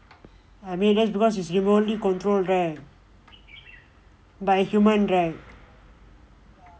I mean just because that's because it's humanly control right by human right